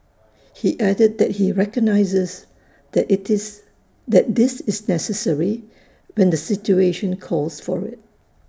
he added that he recognises that IT is that this is necessary when the situation calls for IT